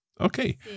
Okay